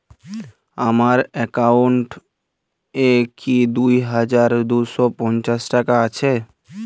আমার অ্যাকাউন্ট এ কি দুই হাজার দুই শ পঞ্চাশ টাকা আছে?